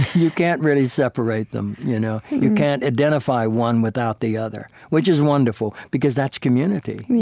you can't really separate them. you know you can't identify one without the other, which is wonderful, because that's community.